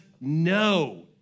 no